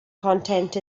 content